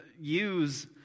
use